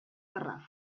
garraf